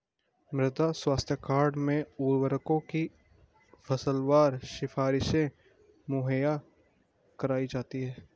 मृदा स्वास्थ्य कार्ड में उर्वरकों की फसलवार सिफारिशें मुहैया कराई जाती है